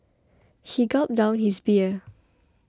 he gulped down his beer